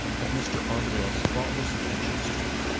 of mr. armadale's thoughtless attentions to me.